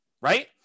right